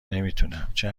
نمیتونم، چه